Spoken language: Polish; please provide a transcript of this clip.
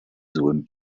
złym